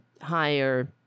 higher